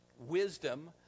wisdom